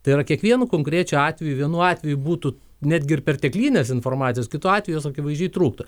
tai yra kiekvienu konkrečiu atveju vienu atveju būtų netgi perteklinės informacijos kitu atveju jos akivaizdžiai trūktų